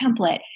template